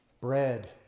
Bread